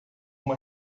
uma